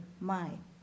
mind